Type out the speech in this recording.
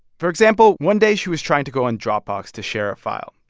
for example, one day, she was trying to go on dropbox to share a file.